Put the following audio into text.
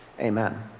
Amen